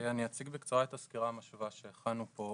אני אציג בקצרה את הסקירה המשווה שהכנו פה,